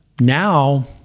now